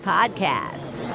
Podcast